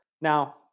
Now